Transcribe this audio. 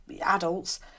adults